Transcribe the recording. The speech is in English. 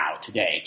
today